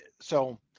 so-